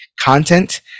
content